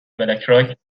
بلکراک